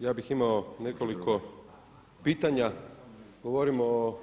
Ja bih imao nekoliko pitanja, govorimo o